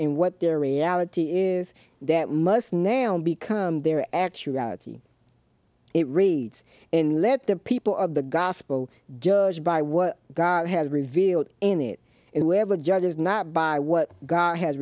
in what their reality is that must now become their actuality it reads in let the people of the gospel judged by what god has revealed in it and whoever judges not by what god has